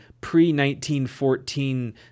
pre-1914